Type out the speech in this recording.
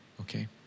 Okay